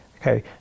okay